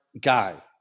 guy